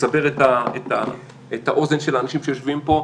לסבר את האוזן של האנשים שיושבים פה,